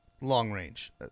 long-range